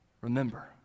Remember